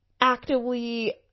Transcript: actively